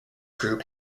group